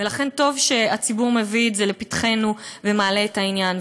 ולכן טוב שהציבור מביא את זה לפתחנו ומעלה את העניין.